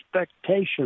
expectation